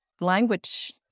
language